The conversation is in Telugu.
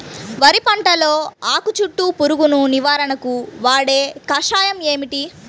వరి పంటలో ఆకు చుట్టూ పురుగును నివారణకు వాడే కషాయం ఏమిటి?